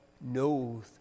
knows